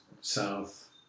south